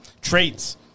traits